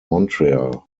montreal